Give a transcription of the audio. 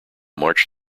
march